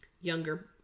younger